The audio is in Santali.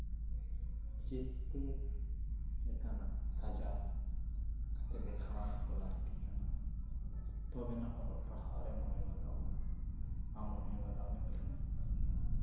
ᱡᱷᱚᱛᱚ ᱞᱮᱠᱟᱱᱟᱜ ᱥᱟᱡᱟᱣ ᱠᱟᱛᱮ ᱫᱮᱠᱷᱟᱣ ᱦᱚᱸ ᱞᱟᱹᱠᱛᱤ ᱠᱟᱱᱟ ᱛᱚᱵᱮ ᱮᱱᱟ ᱚᱞᱚᱜ ᱯᱟᱲᱦᱟᱣ ᱨᱮ ᱢᱚᱱᱮ ᱞᱟᱜᱟᱜᱼᱟ ᱟᱨ ᱢᱚᱱᱮ ᱞᱟᱜᱟᱣ ᱞᱮᱱᱠᱷᱟᱱ